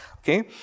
Okay